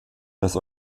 das